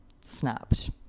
snapped